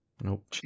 nope